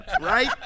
right